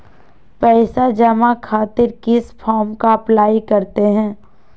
पैसा जमा खातिर किस फॉर्म का अप्लाई करते हैं?